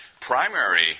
primary